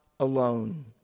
alone